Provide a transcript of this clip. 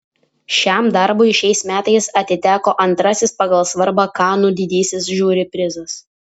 šiam darbui šiais metais atiteko antrasis pagal svarbą kanų didysis žiuri prizas